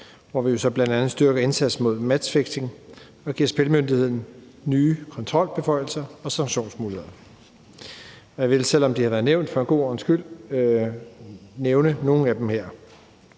hvor vi jo så bl.a. styrker indsatsen mod matchfixing og giver Spillemyndigheden nye kontrolbeføjelser og sanktionsmuligheder. Jeg vil, selv om det har været nævnt, for en god ordens skyld nævne nogle af dem her.